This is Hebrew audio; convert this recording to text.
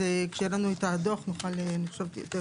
אז כשיהיה לנו הדוח נוכל להתייחס.